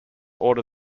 order